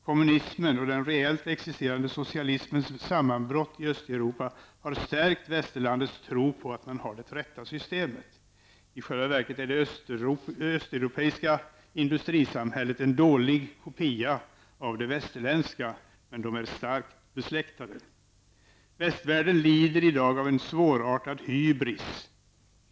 Kommunismens och den reellt existerande socialismens sammanbrott i Östeuropa har stärkt västerlandets tro på att man har det rätta systemet. I själva verket är det östeuropiska industrisamhället en dålig kopia av det västerländska, men de är nära besläktade. Västvärlden lider i dag av en svårartat hybris.